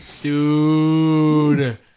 dude